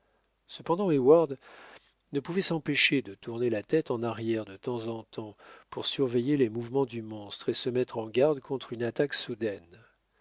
cependant heyward ne pouvait s'empêcher de tourner la tête en arrière de temps en temps pour surveiller les mouvements du monstre et se mettre en garde contre une attaque soudaine